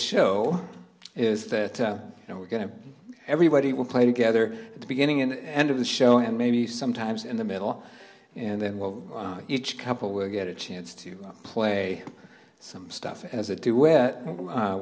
show is that you know we're going to everybody will play together at the beginning and end of the show and maybe sometimes in the middle and then well each couple will get a chance to play some stuff as a two w